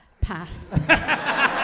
Pass